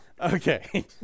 Okay